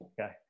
okay